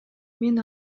мен